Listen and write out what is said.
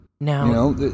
Now